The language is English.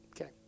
okay